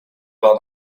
bord